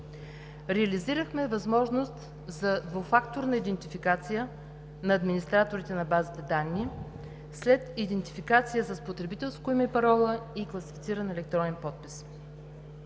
Реализирахме възможност за двуфакторна идентификация на администраторите на базите данни след идентификация с потребителско име и парола, и класифициран електронен подпис.